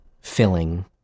filling